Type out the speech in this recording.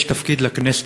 יש תפקיד לכנסת,